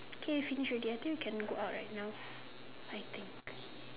K finish already I think we can go out right now I think